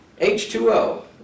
H2O